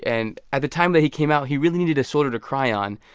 and at the time that he came out, he really needed a shoulder to cry on.